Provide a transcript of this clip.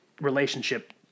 relationship